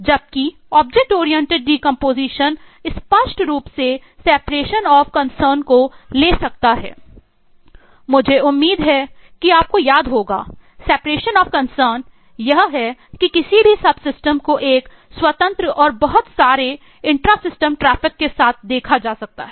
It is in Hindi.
मुझे उम्मीद है कि आपको याद होगा सिपरेशन ऑफ कंसर्न्ड के साथ देखा जा सकता है